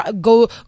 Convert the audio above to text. go